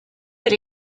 per